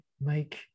make